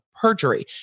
perjury